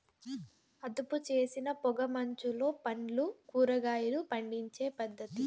అదుపుచేసిన పొగ మంచులో పండ్లు, కూరగాయలు పండించే పద్ధతి